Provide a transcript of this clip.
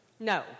No